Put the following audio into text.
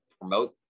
promote